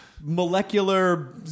molecular